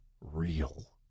real